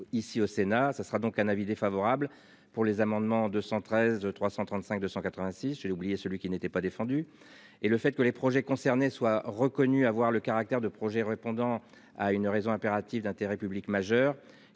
Ici au Sénat, ce sera donc un avis défavorable pour les amendements de 113 335 286. Je l'ai oublié celui qui n'était pas défendu et le fait que les projets concernés soit reconnu avoir le caractère de projets répondant à une raison impérative d'intérêt public majeur